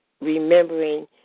remembering